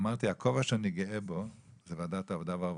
אמרתי, הכובע שאני גאה בו זה ועדת העבודה והרווחה,